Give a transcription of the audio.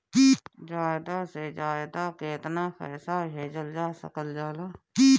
ज्यादा से ज्यादा केताना पैसा भेजल जा सकल जाला?